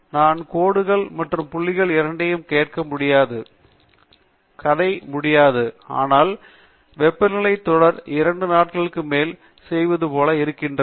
நான் கோடுகள் மற்றும் புள்ளிகள் இரண்டையும் கேட்க முடியும் கதை முடியாது ஆனால் வெப்பநிலை தொடர் இரண்டு நாட்களுக்கு மேல் பதிவு செய்வது போல் இருக்கிறது